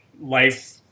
life